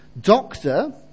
Doctor